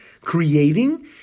creating